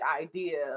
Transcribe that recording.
idea